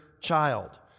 child